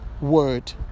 word